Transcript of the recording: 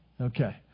Okay